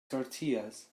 tortillas